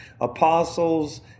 apostles